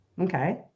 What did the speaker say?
Okay